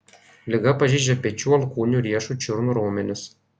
liga pažeidžia pečių alkūnių riešų čiurnų raumenis